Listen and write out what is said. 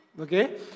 Okay